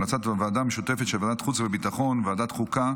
המלצת הוועדה המשותפת של ועדת החוץ והביטחון וועדת החוקה,